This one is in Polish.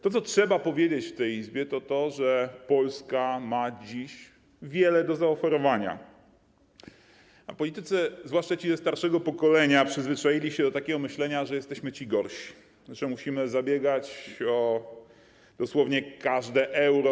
To, co trzeba powiedzieć w tej Izbie, to to, że Polska ma dziś wiele do zaoferowania, a politycy, zwłaszcza ci ze starszego pokolenia, przyzwyczaili się do takiego myślenia, że jesteśmy ci gorsi, że musimy zabiegać dosłownie o każde euro.